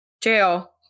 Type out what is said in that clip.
Jail